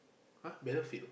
!huh! Battlefield